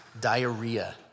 diarrhea